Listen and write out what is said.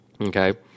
Okay